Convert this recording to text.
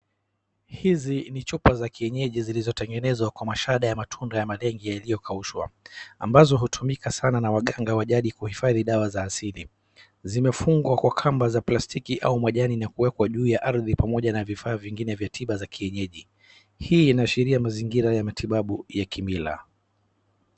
Hizi ni chupa za kienyeji zilizotengenezwa kwa mashada ya matunda ya malenge yaliyo kaushwa. Ambazo hutumiwa sana na waganga wa jadi kuhifadhi dawa za asili. Zimefungwa kwa plastiki au majani na kuweka juu ya ardhi pamoja na vifaa vingine vya tiba za kienyeji. Hii ina ashiria mazingira ya matibabu ya kimila.